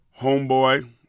homeboy